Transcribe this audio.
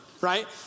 right